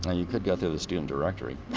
ah you could go through the student directory